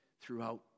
throughout